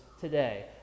today